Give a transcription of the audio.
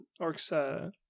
orcs